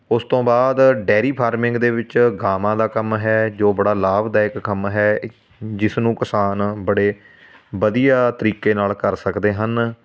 ਉਸ ਤੋਂ ਬਾਅਦ ਡੇਅਰੀ ਫਾਰਮਿੰਗ ਦੇ ਵਿੱਚ ਗਾਵਾਂ ਦਾ ਕੰਮ ਹੈ ਜੋ ਬੜਾ ਲਾਭਦਾਇਕ ਕੰਮ ਹੈ ਇ ਜਿਸਨੂੰ ਕਿਸਾਨ ਬੜੇ ਵਧੀਆ ਤਰੀਕੇ ਨਾਲ ਕਰ ਸਕਦੇ ਹਨ